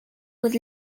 with